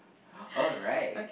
oh right